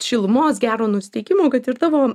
šilumos gero nusiteikimo kad ir tavo